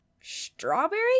Strawberry